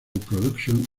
productions